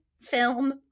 film